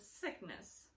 sickness